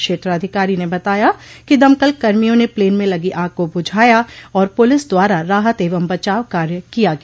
क्षेत्राधिकारी ने बताया कि दमकल कर्मियों ने प्लेन में लगी आग को बुझाया और पुलिस द्वारा राहत एवं बचाव कार्य किया गया